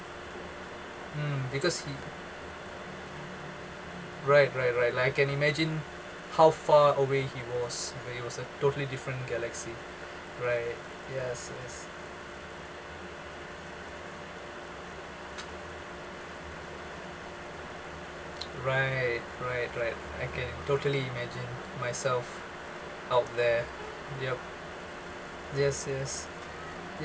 mm because he right right right like I can imagine how far away he was when he was in a totally different galaxy right yes yes right right right I can totally imagine myself out there yup yes yes